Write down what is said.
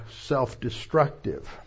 self-destructive